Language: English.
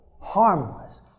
harmless